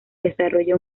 desarrolla